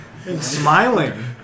Smiling